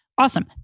Awesome